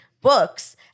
books